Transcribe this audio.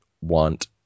want